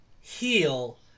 heal